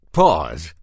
pause